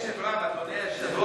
הקשבתי בקשב רב, אדוני היושב-ראש.